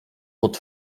pod